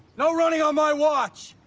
no running on my watch!